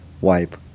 wipe